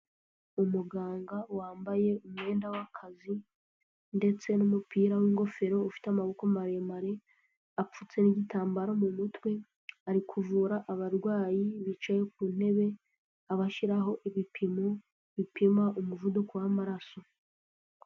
Umuganga wambaye umwenda w'akazi ndetse n'umupira w'ingofero ufite amaboko maremare, apfutse n'igitambaro mu mutwe, ari kuvura abarwayi bicaye ku ntebe abashyiraho ibipimo bipima umuvuduko w'amaraso.